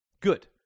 Good